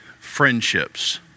friendships